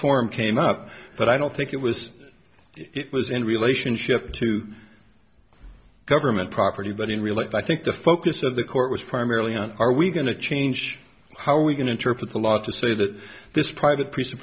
form came up but i don't think it was it was in relationship to government property but in real life i think the focus of the court was primarily on are we going to change how we can interpret the law to say that this private piece of